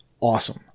Awesome